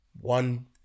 one